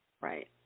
Right